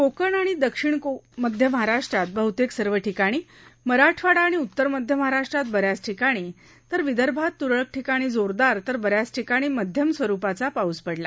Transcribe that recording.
कोकण आणि दक्षिण मध्य महाराष्ट्रात बहतेक सर्व ठिकाणी मराठवाडा आणि उत्तर मध्य महाराष्ट्रात ब याच ठिकाणी तर विदर्भात तुरळक ठिकाणी जोरदार तर ब याच ठिकाणी मध्य स्वरुपाचा पाऊस पडला